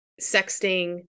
sexting